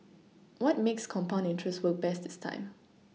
what makes compound interest work best is time